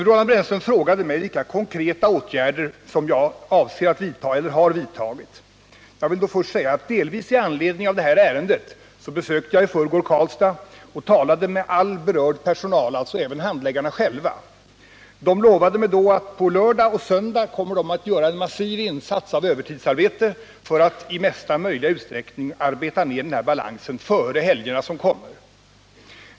Roland Brännström frågade mig vilka konkreta åtgärder jag har vidtagit eller avser att vidta. Jag vill då först säga att jag delvis i anledning av detta ärende i förrgår besökte Karlstad, där jag talade med all berörd personal, alltså även handläggarna själva. De lovade mig att de på lördag och söndag kommer att göra en massiv insats i form av övertidsarbete för att i största möjliga utsträckning arbeta ned den här balansen före de helger som kommer.